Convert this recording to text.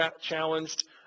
challenged